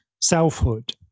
selfhood